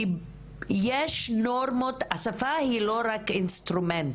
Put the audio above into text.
כי יש נורמות, השפה היא לא רק אינסטרומנט,